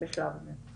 בשלב זה.